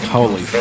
Holy